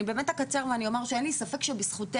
אני באמת אקצר ואני אומר שאין לי ספק שבזכותך